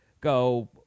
go